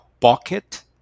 pocket